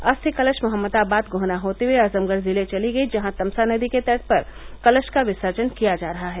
अस्थि कलश मोहम्मदाबाद गोहना होते हुए आजमगढ़ जिले चली गयी जहां तमसा नदी के तट पर अस्थि कलश का विसर्जन किया जा रहा है